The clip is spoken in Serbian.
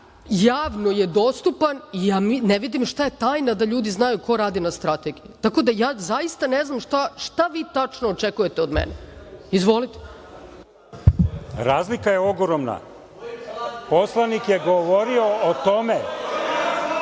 javno je dostupan i ja ne vidim šta je tajna da ljudi znaju ko radi na strategiji. Tako da, zaista ne znam šta vi tačno očekujete od mene. Izvolite. **Zoran Lutovac** Razlika je ogromna, poslanik je govorio o tome...